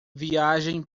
viagem